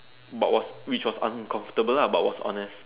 but what which was uncomfortable lah but was honest